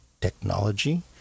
technology